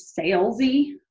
salesy